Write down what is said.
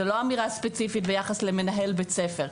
זו לא אמירה ספציפית ביחס למנהל בית ספר.